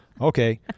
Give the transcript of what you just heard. Okay